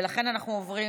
ולכן אנחנו עוברים